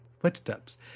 Footsteps